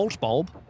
bulb